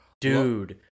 Dude